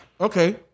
okay